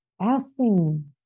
asking